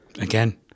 Again